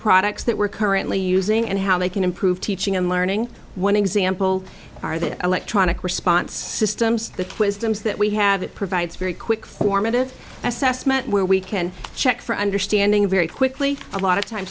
products that we're currently using and how they can improve teaching and learning one example are the electronic response systems the wisdom is that we have it provides very quick formative assessment where we can check for understanding very quickly a lot of time